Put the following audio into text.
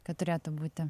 kad turėtų būti